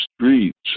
streets